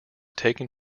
taken